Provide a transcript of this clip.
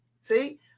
see